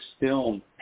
film